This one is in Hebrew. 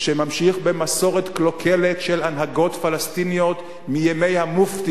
במסורת קלוקלת של הנהגות פלסטיניות מימי המופתי